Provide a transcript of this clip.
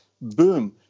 boom